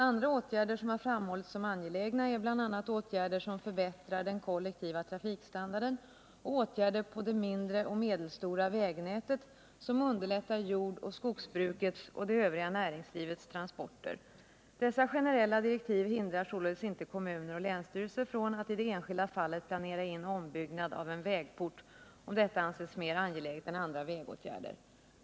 Andra åtgärder som har framhållits som angelägna är åtgärder som förbättrar den kollektiva trafikstandarden och åtgärder på det mindre och medelstora vägnätet som underlättar jordoch skogsbrukets och det övriga näringslivets transporter. Dessa generella direktiv hindrar således inte kommuner och länsstyrelser från att i det enskilda fallet planera in ombyggnad av en vägport, om detta anses mer angeläget än andra vägåtgärder.